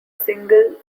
single